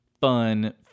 fun